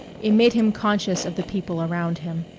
it made him conscious of the people around him,